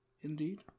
indeed